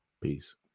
Peace